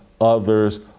others